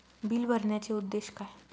Bill भरण्याचे उद्देश काय?